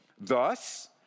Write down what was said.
Thus